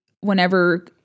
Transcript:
whenever